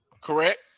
correct